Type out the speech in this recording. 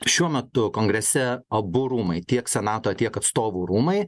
šiuo metu kongrese abu rūmai tiek senato tiek atstovų rūmai